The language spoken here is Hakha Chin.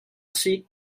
sih